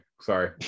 Sorry